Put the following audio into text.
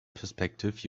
perspective